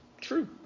true